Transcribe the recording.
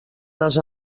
les